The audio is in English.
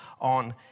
on